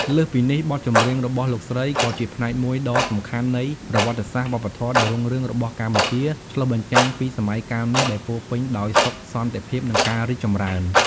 លើសពីនេះ បទចម្រៀងរបស់លោកស្រីក៏ជាផ្នែកមួយដ៏សំខាន់នៃ ប្រវត្តិសាស្ត្រវប្បធម៌ដ៏រុងរឿង របស់កម្ពុជា ឆ្លុះបញ្ចាំងពី "សម័យកាលមាស" ដែលពោរពេញដោយសុខសន្តិភាព និងការរីកចម្រើន។